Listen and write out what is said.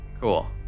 Cool